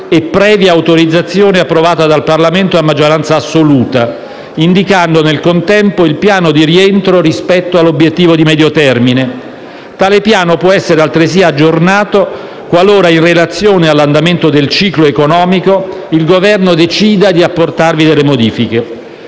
e previa autorizzazione approvata dal Parlamento a maggioranza assoluta, indicando, nel contempo, il piano di rientro rispetto all'obiettivo di medio termine. Tale piano può essere altresì aggiornato qualora, in relazione all'andamento del ciclo economico, il Governo decida di apportarvi delle modifiche.